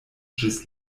ĝis